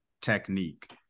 technique